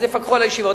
אז יפקחו על הישיבות,